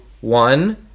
one